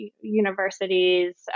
universities